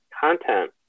content